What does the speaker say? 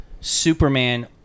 Superman